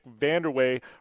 Vanderway